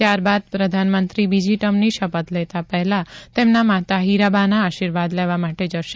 ત્યારબાદ પ્રધાનમંત્રી બીજી ટર્મની શપથ લેતા પહેલાં તેમના માતા હીરાબાના આર્શિવાદ લેવા માટે જશે